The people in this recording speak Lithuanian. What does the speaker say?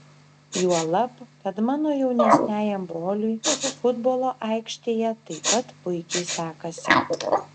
juolab kad mano jaunesniajam broliui futbolo aikštėje taip pat puikiai sekasi